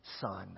son